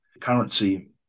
currency